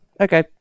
okay